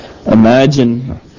Imagine